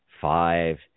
five